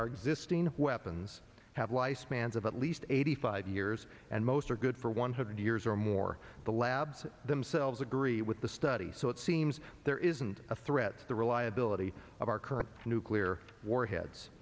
our existing weapons have life spans of at least eighty five years and most are good for one hundred years or more the labs themselves agree with the study so it seems there isn't a threat to the reliability of our current nuclear warheads